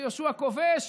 ויהושע כובש,